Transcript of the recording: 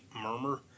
murmur